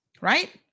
Right